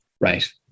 Right